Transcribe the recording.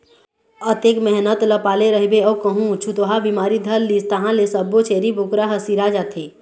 अतेक मेहनत ल पाले रहिबे अउ कहूँ छूतहा बिमारी धर लिस तहाँ ले सब्बो छेरी बोकरा ह सिरा जाथे